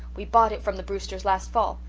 we bought it from the brewsters last fall.